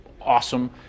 awesome